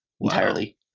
Entirely